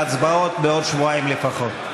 ההצבעות, בעוד שבועיים לפחות.